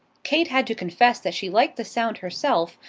kate had to confess that she like the sound herself,